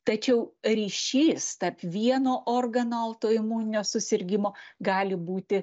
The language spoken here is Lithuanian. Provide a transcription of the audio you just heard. tačiau ryšys tarp vieno organo autoimuninio susirgimo gali būti